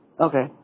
Okay